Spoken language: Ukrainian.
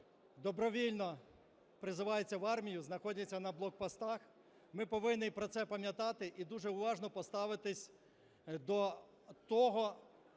добровільно призиваються в армію, знаходяться на блокпостах, ми повинні про це пам'ятати і дуже уважно поставитися до того,